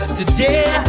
Today